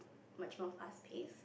much more fast pace